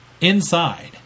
inside